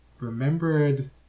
remembered